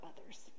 others